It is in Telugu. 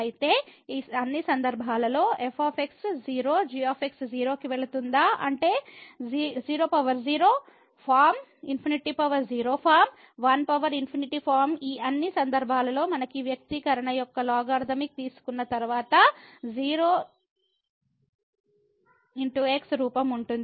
అయితే ఈ అన్ని సందర్భాల్లో f 0 g 0 కి వెళుతుందా అంటే 00 ఫార్మ్ ∞0 ఫార్మ్ 1∞ ఫార్మ్ ఈ అన్ని సందర్భాల్లో మనకు ఈ వ్యక్తీకరణ యొక్క లోగరిథమిక్ తీసుకున్న తర్వాత 0 x ∞ రూపం ఉంటుంది